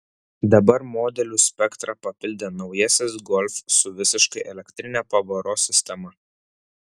dabar modelių spektrą papildė naujasis golf su visiškai elektrine pavaros sistema